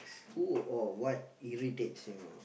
who or what irritates you